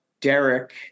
Derek